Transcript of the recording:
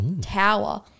tower